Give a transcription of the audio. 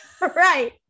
Right